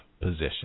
position